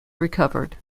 recovered